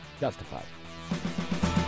justified